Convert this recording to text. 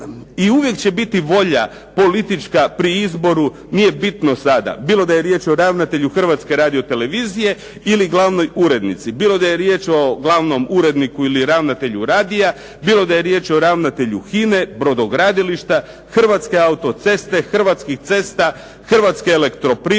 I uvijek će biti volja politička pri izboru. Nije bitno sada, bilo da je riječ o ravnatelju Hrvatske radio-televizije ili glavnoj urednici, bilo da je riječ o glavnom uredniku ili ravnatelju radija, bilo da je riječ o ravnatelju HINA-e, brodogradilišta, Hrvatske auto-ceste, Hrvatskih cesta, Hrvatske elektroprivrede,